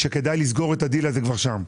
שכדאי לסגור את הדיל הזה כבר שם.